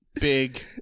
big